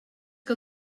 que